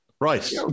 right